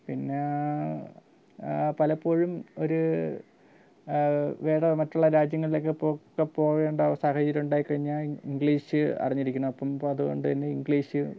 പിന്നെ പലപ്പോഴും ഒരു വേറെ മറ്റുള്ള രാജ്യങ്ങളിലൊക്കെ ഒക്കെ പോകണ്ട സാഹചര്യമുണ്ടായി കഴിഞ്ഞാൽ ഇങ്ക്ളീഷ് അറിഞ്ഞിരിക്കണം അപ്പം അതുകൊണ്ട് തന്നെ ഇങ്ക്ളീഷ്